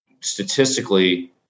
statistically